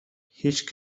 هیچ